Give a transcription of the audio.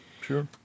sure